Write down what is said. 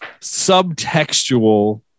subtextual